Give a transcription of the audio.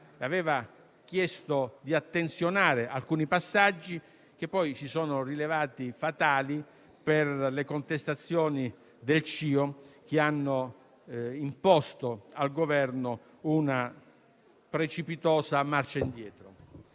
aveva chiesto di attenzionare alcuni passaggi che poi si sono rilevati fatali per le contestazioni del CIO che hanno imposto al Governo una precipitosa marcia indietro.